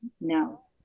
No